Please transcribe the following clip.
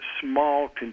small